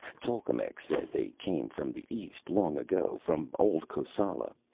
tolkemec said they came from the east, long ago, from old kosala,